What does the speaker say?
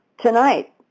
tonight